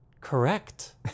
Correct